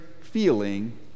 feeling